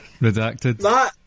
Redacted